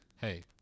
Hey